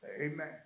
Amen